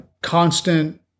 constant